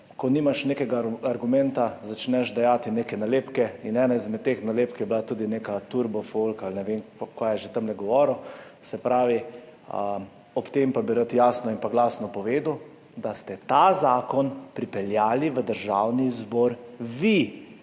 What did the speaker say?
ko nimaš nekega argumenta, začneš dajati neke nalepke. Ena izmed teh nalepk je bila tudi neka turbo folk ali ne vem kaj je že tam govoril, ob tem pa bi rad jasno in glasno povedal, da ste vi pripeljali ta zakon v Državni zbor in